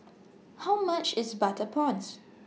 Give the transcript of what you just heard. How much IS Butter Prawns